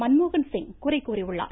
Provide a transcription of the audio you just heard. மன்மோகன் சிங் குறை கூறியுள்ளார்